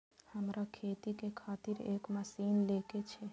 हमरा खेती के खातिर एक मशीन ले के छे?